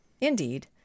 Indeed